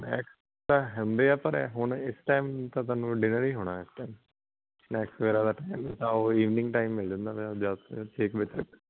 snacks ਤਾਂ ਹੁੰਦੇ ਆ ਪਰ ਹੁਣ ਇਸ ਟਾਈਮ ਤਾਂ ਤੁਹਾਨੂੰ ਡਿਨਰ ਹੀ ਹੋਣਾ ਇਸ ਟਾਈਮ ਸਨੈਕਸ ਵਗੈਰਾ ਦਾ ਟਾਈਮ ਤਾਂ ਉਹ ਈਵਨਿੰਗ ਟਾਈਮ ਮਿਲ ਜਾਂਦਾ ਵੇ ਜ਼ਿਆਦਾਤਰ ਛੇ ਕੁ ਵਜੇ ਤੱਕ